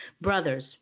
Brothers